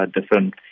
different